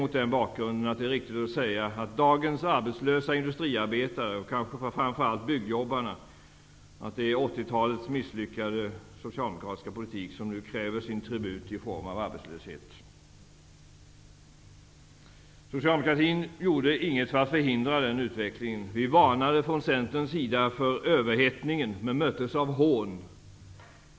Mot den bakgrunden tycker jag att det är riktigt att säga till dagens arbetslösa industriarbetare, och kanske framför allt till byggjobbarna, att det är 80-talets misslyckade socialdemokratiska politik som nu kräver sin tribut i form av arbetslöshet. Socialdemokratin gjorde inget för att förhindra den utvecklingen. Vi från Centern varnade för överhettningen, men vi möttes av hån.